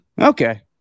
Okay